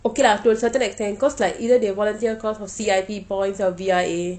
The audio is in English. okay lah to a certain extend cause like either they volunteer cause of C_I_P points or V_I_A